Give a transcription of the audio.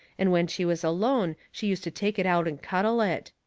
and when she was alone she used to take it out and cuddle it.